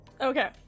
Okay